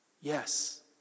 Yes